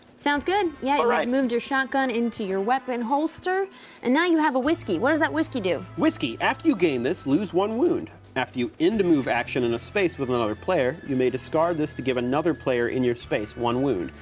sounds good, yeah, you moved your shotgun into your weapon holster and now you have a whiskey, what does that whiskey do? whiskey after you gain this, lose one wound. after you end a move action in a space with another player, you may discard this to give another player in your space one wound.